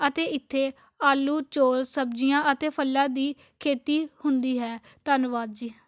ਅਤੇ ਇੱਥੇ ਆਲੂ ਚੋਲ ਸਬਜ਼ੀਆਂ ਅਤੇ ਫ਼ਲਾਂ ਦੀ ਖੇਤੀ ਹੁੰਦੀ ਹੈ ਧੰਨਵਾਦ ਜੀ